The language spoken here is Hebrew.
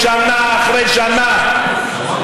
הנגישות הבלתי-נסבלת שקיימת,